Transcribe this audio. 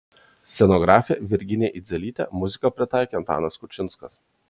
scenografė virginija idzelytė muziką pritaikė antanas kučinskas